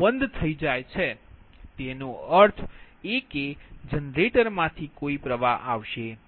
બંધ થઈ જાય છે તેનો અર્થ એ કે જનરેટરમાંથી કોઈ પ્રવાહ આવશે નહીં